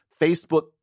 Facebook